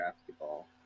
basketball